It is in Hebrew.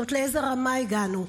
לאיזו רמה הגענו.